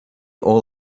all